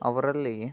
ಅವರಲ್ಲಿ